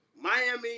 Miami